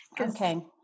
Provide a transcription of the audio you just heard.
Okay